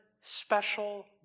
special